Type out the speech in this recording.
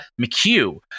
McHugh